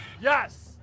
Yes